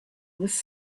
was